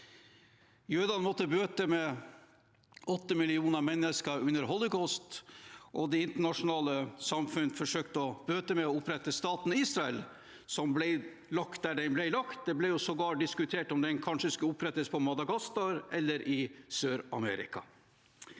Jødene måtte bøte med åtte millioner mennesker under Holocaust. Det internasjonale samfunnet forsøkte å bøte ved å opprette staten Israel, som ble lagt der den ble lagt. Det ble sågar diskutert om den kanskje skulle opprettes på Madagaskar eller i Sør-Amerika.